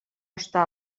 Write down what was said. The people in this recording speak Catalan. està